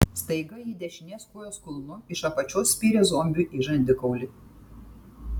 staiga ji dešinės kojos kulnu iš apačios spyrė zombiui į žandikaulį